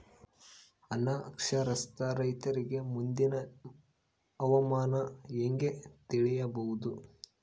ಅನಕ್ಷರಸ್ಥ ರೈತರಿಗೆ ಮುಂದಿನ ಹವಾಮಾನ ಹೆಂಗೆ ತಿಳಿಯಬಹುದು?